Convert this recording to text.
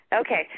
Okay